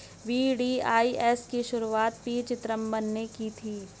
VDIS की शुरुआत P Chidambaram ने की थी